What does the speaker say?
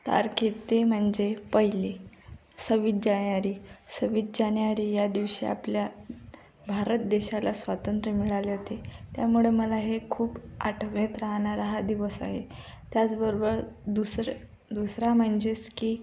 तारखे ते म्हणजे पहिले सव्वीस जानेवारी सव्वीस जानेवारी ह्या दिवशी आपल्या भारत देशाला स्वातंत्र्य मिळाले होते त्यामुळे मला हे खूप आठवणीत राहणारा हा दिवस आहे त्याचबरोबर दुसरं दुसरा म्हणजेच की